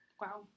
Wow